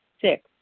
Six